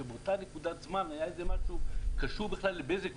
שבאותה נקודת זמן היה איזה משהו קשור בכלל לבזק,